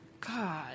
God